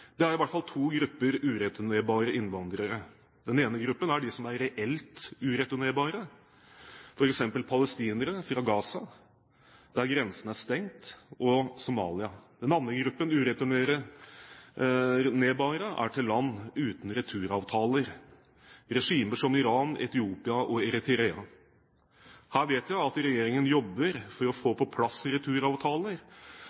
Det er i hvert fall to grupper ureturnerbare innvandrere. I den ene gruppen er de som er reelt ureturnerbare, f.eks. palestinere fra Gaza, der grensen er stengt, og Somalia. Den andre gruppen ureturnerbare er de som er fra land uten returavtaler, regimer som Iran, Etiopia og Eritrea. Her vet vi at regjeringen jobber for å